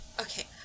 okay